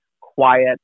quiet